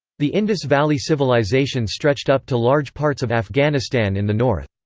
the indus valley civilisation stretched up to large parts of afghanistan in the north.